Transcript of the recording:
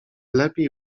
lepiej